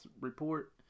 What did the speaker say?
report